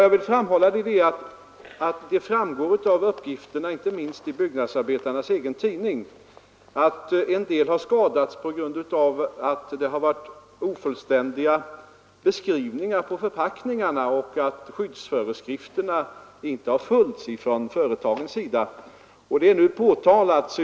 Jag vill framhålla att det framgår av uppgifterna, inte minst i byggnadsarbetarnas egen tidning, att en del har skadats på grund av ofullständiga beskrivningar på förpackningarna och på grund av att skyddsföreskrifterna inte har följts av företagen. Detta är nu påtalat.